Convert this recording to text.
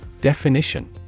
Definition